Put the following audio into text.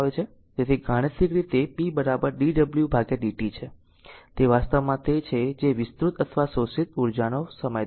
તેથી ગાણિતિક રીતે p dw dt તે વાસ્તવમાં તે છે જે વિસ્તૃત અથવા શોષિત ઉર્જાનો સમય દર છે